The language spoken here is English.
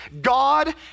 God